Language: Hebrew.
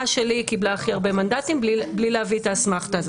שלי קיבלה הכי הרבה מנדטים בלי להביא את האסמכתה.